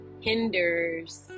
hinders